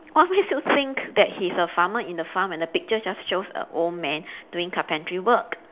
what makes you think that he's a farmer in the farm where the picture just shows a old man doing carpentry work